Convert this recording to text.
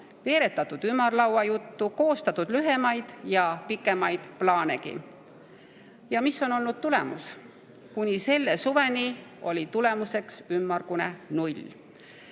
veeretatud ümarlauajuttu, koostatud lühemaid ja pikemaid plaanegi. Ja mis on olnud tulemus? Kuni selle suveni oli tulemuseks ümmargune